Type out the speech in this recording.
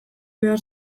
behar